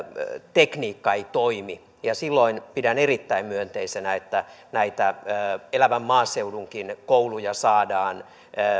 tekniikka ei toimi silloin pidän erittäin myönteisenä että näitä elävän maaseudunkin kouluja saadaan